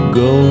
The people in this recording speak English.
go